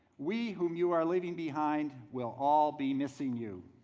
we, whom you are leaving behind, will all be missing you.